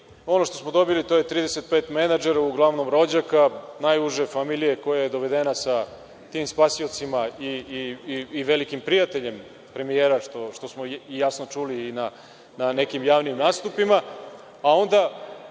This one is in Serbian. Ono što smo dobili - 35 menadžera, uglavnom rođaka, najuže familije, koja je dovedena sa tim spasiocima i velikim prijateljem premijera, što smo jasno čuli i u nekim javnim nastupima,